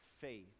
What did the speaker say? faith